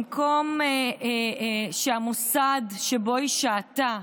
במקום שהמוסד שבו שהתה,